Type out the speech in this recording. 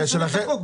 בוא נשנה את החוק.